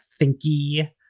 thinky